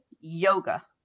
yoga